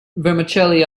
vermicelli